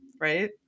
right